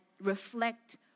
reflect